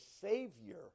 savior